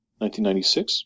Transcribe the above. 1996